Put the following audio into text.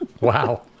wow